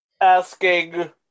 asking